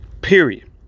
Period